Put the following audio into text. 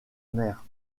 mère